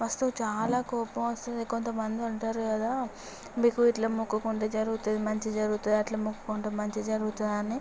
వస్తుంది చాలా కోపం వస్తుంది కొంత మంది ఉంటారు కదా మీకు ఇట్లా మొక్కుకుంటే జరుగుతుంది మంచి జరుగుతుంది అట్ల మొక్కుకుంటే మంచి జరుగుతుందని అని